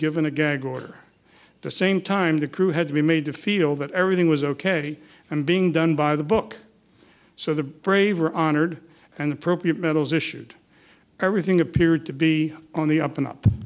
given a gag order the same time the crew had to be made to feel that everything was ok and being done by the book so the braver honored and appropriate medals issued everything appeared to be on the up and up